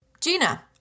Gina